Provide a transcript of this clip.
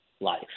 life